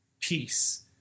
peace